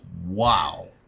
Wow